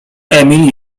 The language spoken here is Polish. emil